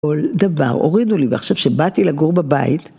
כל דבר הורידו לי. ועכשיו, שבאתי לגור בבית...